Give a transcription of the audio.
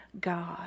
God